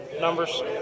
numbers